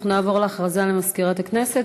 אנחנו נעבור להכרזה למזכירת הכנסת,